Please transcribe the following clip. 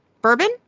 Bourbon